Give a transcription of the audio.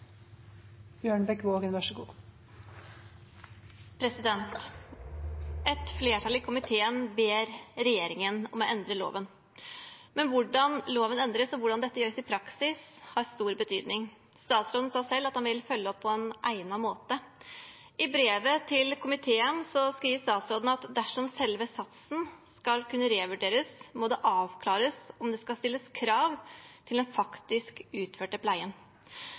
Et flertall i komiteen ber regjeringen om å endre loven, men hvordan loven endres, og hvordan dette gjøres i praksis, har stor betydning. Statsråden sa selv at han vil følge opp på egnet måte. I brevet til komiteen skriver statsråden at dersom selve satsen skal kunne revurderes, må det avklares om det skal stilles krav til den faktisk utførte pleien.